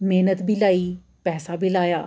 मेह्नत बी लाई पैसा बी लाया